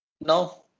No